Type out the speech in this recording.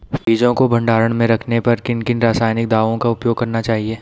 बीजों को भंडारण में रखने पर किन किन रासायनिक दावों का उपयोग करना चाहिए?